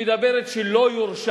שמדברת על כך שלא יורשע